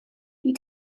you